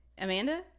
Amanda